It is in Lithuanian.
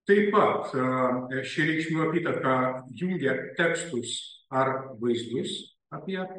taip pat ši reikšmių apytaka jungia tekstus ar vaizdus apie